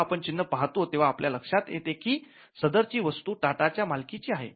जेव्हा आपण चिन्ह पाहतो तेव्हा आपल्याला हे लक्षात येते की सदरची वस्तू टाटा च्या मालकी ची आहे